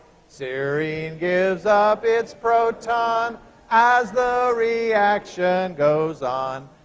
serine gives up its proton as the reaction goes on.